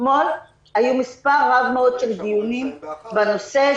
אתמול היו מספר רב מאוד של דיונים בנושא,